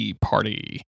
Party